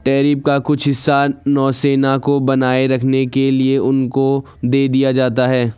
tariff का कुछ हिस्सा नौसेना को बनाए रखने के लिए उनको दे दिया जाता है